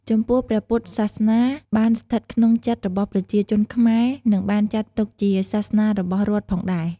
ចំពោះព្រះពុទ្ធសាសនាបានស្ថិតក្នុងចិត្តរបស់ប្រជាជនខ្មែរនិងបានចាត់ទុកជាសាសនារបស់រដ្ឋផងដែរ។